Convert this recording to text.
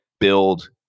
build